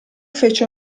fece